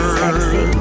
sexy